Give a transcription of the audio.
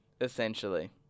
essentially